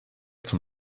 zum